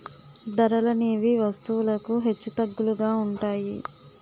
ధరలనేవి వస్తువులకు హెచ్చుతగ్గులుగా ఉంటాయి